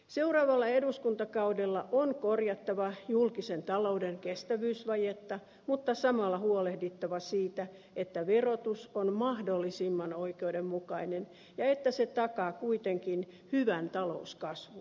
seuraavalla eduskuntakaudella on korjattava julkisen talouden kestävyysvajetta mutta samalla huolehdittava siitä että verotus on mahdollisimman oikeudenmukainen ja että se takaa kuitenkin hyvän talouskasvun